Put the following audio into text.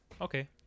Okay